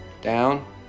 down